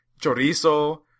chorizo